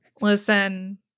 Listen